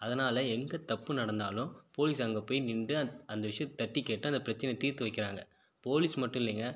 அதனாலே எங்கே தப்பு நடந்தாலும் போலீஸ் அங்கே போய் நின்று அந்த விஷயத்த தட்டிக்கேட்டு அந்த பிரச்சனையை தீர்த்து வைக்கறாங்க போலீஸ் மட்டும் இல்லைங்க